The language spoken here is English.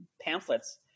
pamphlets